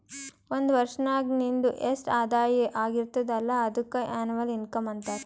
ಒಂದ್ ವರ್ಷನಾಗ್ ನಿಂದು ಎಸ್ಟ್ ಆದಾಯ ಆಗಿರ್ತುದ್ ಅಲ್ಲ ಅದುಕ್ಕ ಎನ್ನವಲ್ ಇನ್ಕಮ್ ಅಂತಾರ